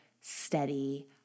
steady